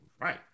right